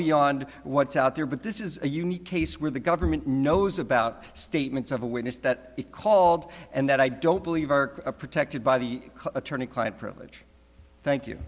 beyond what's out there but this is a unique case where the government knows about statements of a witness that he called and that i don't believe are protected by the attorney client privilege thank you